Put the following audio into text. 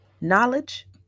knowledge